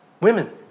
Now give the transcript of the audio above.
women